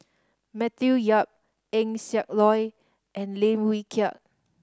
Matthew Yap Eng Siak Loy and Lim Wee Kiak